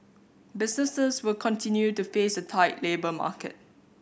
businesses will continue to face a tight labour market